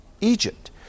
Egypt